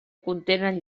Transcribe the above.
contenen